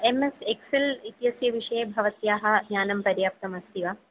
M S Excel इत्यस्य विषये भवत्याः ज्ञानं पर्याप्तम् अस्ति वा